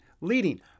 leading